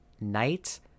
night